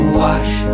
wash